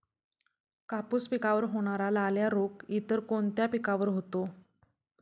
कापूस पिकावर होणारा लाल्या रोग इतर कोणत्या पिकावर होतो?